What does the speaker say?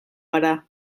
gara